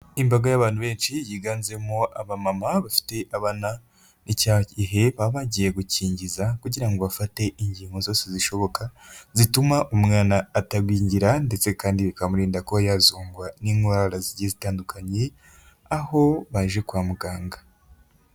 Imbaga y'abantu benshi yiganjemo abamama bafite abana, ni cya gihe baba bagiye gukingiza kugira ngo bafate inkingo zose zishoboka zituma umwana atagwingira ndetse kandi bikamurinda ko yafatwa n'inkorara zitandukanye, aho baje kwa muganga.